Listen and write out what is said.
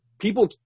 people